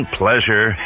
pleasure